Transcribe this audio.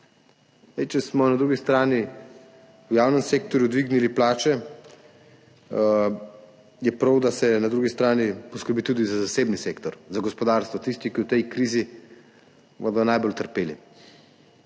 Če smo na drugi strani v javnem sektorju dvignili plače, je prav, da se na drugi strani poskrbi tudi za zasebni sektor, za gospodarstvo, tiste, ki bodo v tej krizi najbolj trpeli.